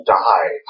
die